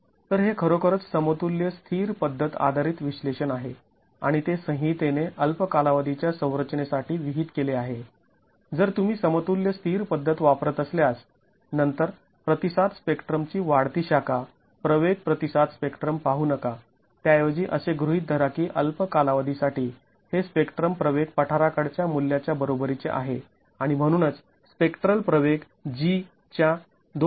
तर हे खरोखरच समतुल्य स्थिर पद्धत आधारित विश्लेषण आहे आणि ते संहितेने अल्प कालावधी च्या संरचनेसाठी विहित केले आहे जर तुम्ही समतुल्य स्थिर पद्धत वापरत असल्यास नंतर प्रतिसाद स्पेक्ट्रम ची वाढती शाखा प्रवेग प्रतिसाद स्पेक्ट्रम पाहू नका त्याऐवजी असे गृहीत धरा की अल्प कालावधी साठी हे स्पेक्ट्रम प्रवेग पठाराकडच्या मूल्याच्या बरोबरीचे आहे आणि म्हणूनच स्पेक्ट्रल प्रवेग g च्या २